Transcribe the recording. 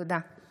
תודה.